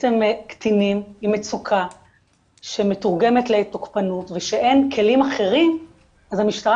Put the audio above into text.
בעצם קטינים עם מצוקה שמתורגמת לתוקפנות ושאין כלים אחרים אז המשטרה